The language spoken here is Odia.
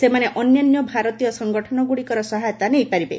ସେମାନେ ଅନ୍ୟାନ୍ୟ ଭାରତୀୟ ସଂଗଠନ ଗୁଡ଼ିକର ସହାୟତା ନେଇପାରିବେ